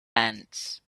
ants